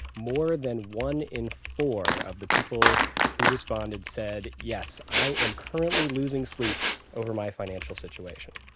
more than one in four of the people who responded said, yes, i am currently losing sleep over my financial situation.